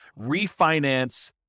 refinance